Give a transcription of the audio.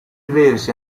versi